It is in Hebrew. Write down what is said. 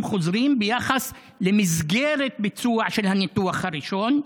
החוזרים ביחס למסגרת הביצוע של הניתוח הראשון.